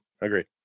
Agreed